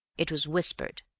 it was whispered,